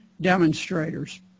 demonstrators